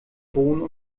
bohnen